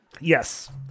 Yes